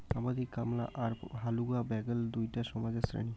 আবাদি কামলা আর হালুয়া ব্যাগল দুইটা সমাজের শ্রেণী